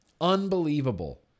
unbelievable